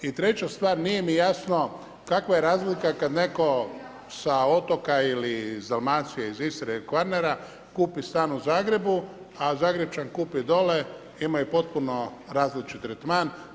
I treća stvar, nije mi jasno kakva je razlika kada netko sa otoka ili iz Dalmacije, Istre ili Kvarnera kupi stan u Zagrebu a Zagrepčan kupi dole, imaju potpuno različit tretman.